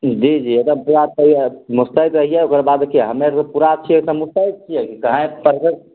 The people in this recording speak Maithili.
जी जी एकदम पूरा मुस्तैद रहिए ओकर बाद देखिए हम्मे आर पूरा छियै अखन मुस्तैद छियै कहै पड़बै